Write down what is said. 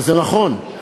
וזה נכון,